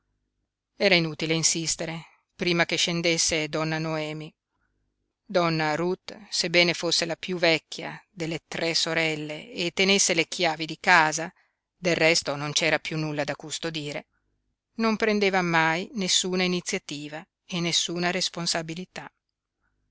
era inutile insistere prima che scendesse donna noemi donna ruth sebbene fosse la piú vecchia delle tre sorelle e tenesse le chiavi di casa del resto non c'era piú nulla da custodire non prendeva mai nessuna iniziativa e nessuna responsabilità